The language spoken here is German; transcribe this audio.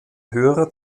höherer